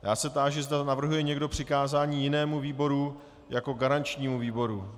Já se táži, zda navrhuje někdo přikázání jinému výboru jako garančnímu výboru.